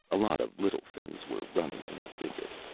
a lot of little things were running in the thicket.